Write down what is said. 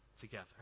together